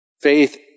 Faith